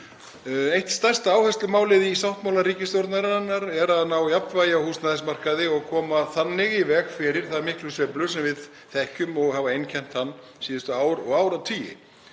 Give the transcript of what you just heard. Eitt stærsta áherslumálið í sáttmála ríkisstjórnarinnar er að ná jafnvægi á húsnæðismarkaði og koma þannig í veg fyrir þær miklu sveiflur sem við þekkjum og hafa einkennt húsnæðismarkaðinn síðustu ár og áratugi.